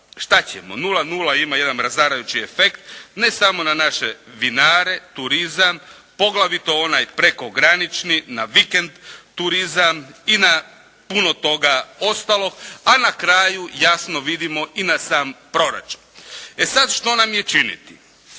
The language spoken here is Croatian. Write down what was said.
šta ćemo? 0,0 ima jedan razarajući efekt ne samo na naše vinare, turizam poglavito onaj prekogranični, na vikend turizam i na puno toga ostalog, a na kraju jasno vidimo i na sam proračun. E sad što nam je činiti?